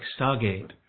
stargate